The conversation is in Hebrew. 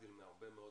שלהבדיל מהרבה מאוד